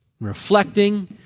reflecting